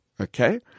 okay